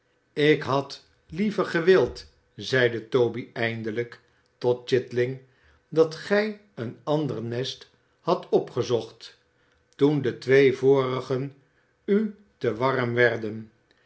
ik had liever gewild zeide toby eindelijk tot chitling dat gij een ander nest hadt opgezocht toen de twee vorigen u te warm werden